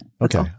Okay